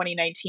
2019